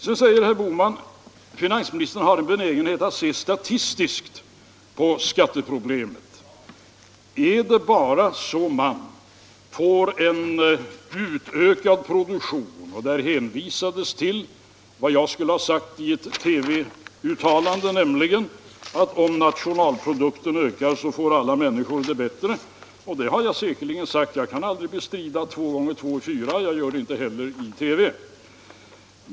Sedan säger herr Bohman att finansministern har en benägenhet att se statiskt på skatteproblemet. Det hänvisades till vad jag skulle ha sagt i ett TV-uttalande, nämligen att om nationalprodukten ökar så får alla människor det bättre. Det har jag säkerligen sagt — jag kan aldrig bestrida att två gånger två är fyra, och jag gör det inte heller i TV.